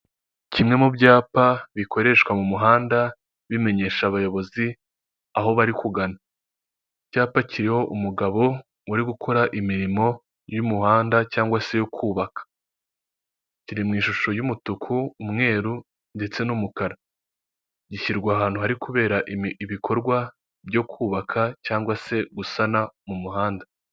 Kimwe mu byapa bikoreshwa mu muhanda, bimenyesha abayobozi aho bari kugana icyapa kiriho umugabo uri gukora imirimo y'umuhanda se yo kubaka, kiri mu ishusho y'umutuku umweru ndetse n'umukara gishyirwa ahantu hari kubera ibikorwa byo kubaka cyangwa se gusana mu muhanda.